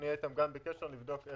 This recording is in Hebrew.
אנחנו נהיה איתם גם בקשר לבדוק את